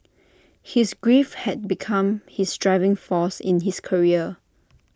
his grief had become his driving force in his career